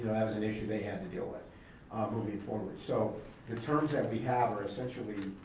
that was an issue they had to deal with moving forward. so the terms that we have are essentially,